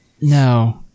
no